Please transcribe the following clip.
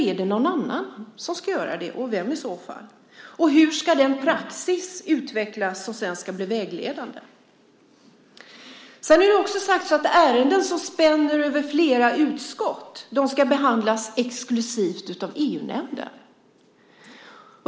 Är det någon annan - vem i så fall? Hur ska den praxis utvecklas som sedan ska bli vägledande? Det är också sagt att ärenden som spänner över flera utskott ska behandlas exklusivt av EU-nämnden.